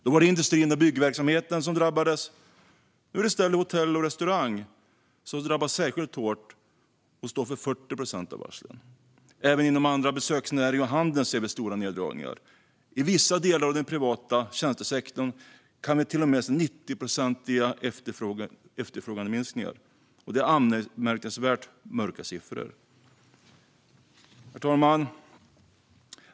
Då var det industrin och byggverksamheten som drabbades; nu är det i stället hotell och restaurangnäringen som drabbas särskilt hårt och som står för 40 procent av varslen. Även inom andra besöksnäringar och inom handeln ser vi stora neddragningar. I vissa delar av den privata tjänstesektorn kan vi till och med se 90-procentiga efterfrågeminskningar. Detta är anmärkningsvärt mörka siffror. Herr talman!